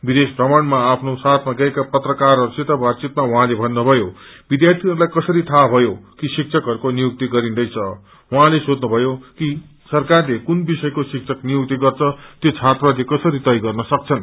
विदेश भ्रमणमा आफ्नो साथमा गएका पत्राकारहरूसित बातचितमा उहाँले भन्नुभयो विध्यार्थीहरूलाई कसरी थाहा भयो कि शिक्षकहरूको नियुक्ति गरिँदैछजाहाँले सोध्नु भयो कि सरकारले कुन विषयको शिक्षक नियुक्ति गर्छ तयो छात्रले कसरी तय गर्ने सक्छन्